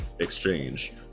exchange